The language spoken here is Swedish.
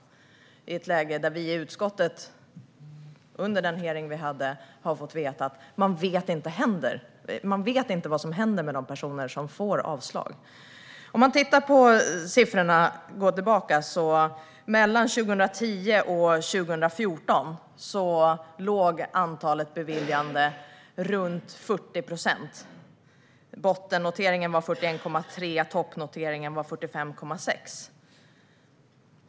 Detta sker i ett läge där vi i utskottet under den hearing vi hade har fått veta man inte vet vad som händer med de personer som får avslag. Man kan gå tillbaka och titta på siffrorna. År 2010-2014 låg antalet beviljade ansökningar på runt 40 procent. Bottennoteringen var 41,3 och toppnoteringen var 45,6.